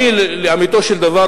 לאמיתו של דבר,